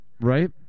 Right